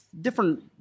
different